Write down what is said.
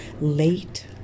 late